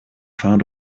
found